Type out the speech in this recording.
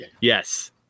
Yes